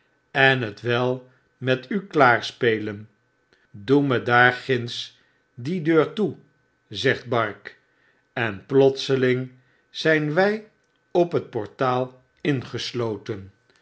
en het wel met u klaar spelen doe me daar ginds die deur toe zegt bark en plotseling zyn wy op het portaal ingesloten